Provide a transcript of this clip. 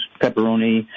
pepperoni